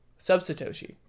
Sub-Satoshi